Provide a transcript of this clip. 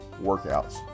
workouts